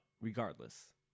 regardless